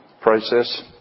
process